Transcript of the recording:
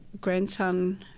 grandson